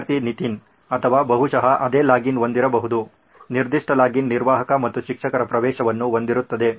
ವಿದ್ಯಾರ್ಥಿ ನಿತಿನ್ ಅಥವಾ ಬಹುಶಃ ಅದೇ ಲಾಗಿನ್ ಹೊಂದಿರಬಹುದು ನಿರ್ದಿಷ್ಟ ಲಾಗಿನ್ ನಿರ್ವಾಹಕರು ಮತ್ತು ಶಿಕ್ಷಕರ ಪ್ರವೇಶವನ್ನು ಹೊಂದಿರುತ್ತದೆ